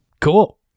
Cool